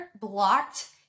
blocked